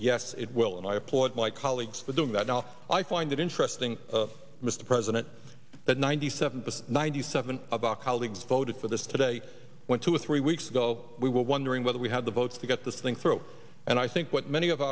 yes it will and i applaud my colleagues with doing that now i find it interesting mr president that ninety seven percent ninety seven about colleagues voted for this today went to three weeks ago we were wondering whether we had the votes to get this thing through and i think what many of